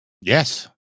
yes